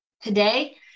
Today